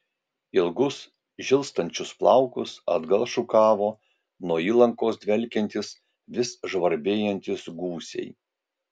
ilgus žilstančius plaukus atgal šukavo nuo įlankos dvelkiantys vis žvarbėjantys gūsiai